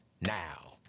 now